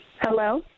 Hello